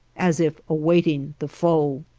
as if awaiting the foe.